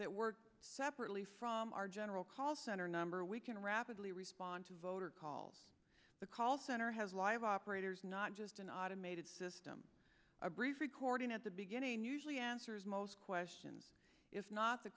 that work separately from our general call center number we can rapidly respond to voter calls the call center has live operators not just an automated system a brief recording at the beginning usually answers most questions if not the